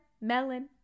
melon